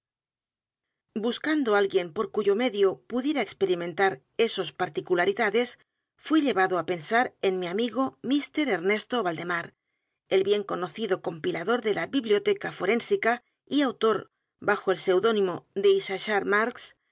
alguien por cuyo medio pudiera experimentar esos particularidades fui llevado á pensar en mi amigo mr ernesto valdemar el bien conocido compilador de la biblioteca forénsica y autor bajo el seudónimo de